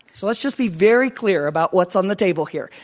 so, let's just be very clear about what's on the table here.